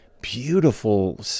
beautiful